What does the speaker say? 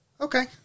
Okay